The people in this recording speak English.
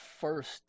first